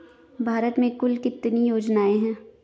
भारत में कुल कितनी योजनाएं हैं?